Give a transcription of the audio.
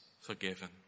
forgiven